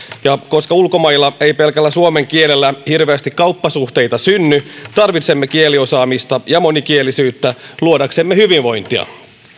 ja koska ulkomailla ei pelkällä suomen kielellä hirveästi kauppasuhteita synny tarvitsemme kieliosaamista ja monikielisyyttä luodaksemme hyvinvointia